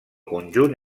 conjunt